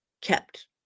kept